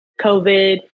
COVID